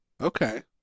okay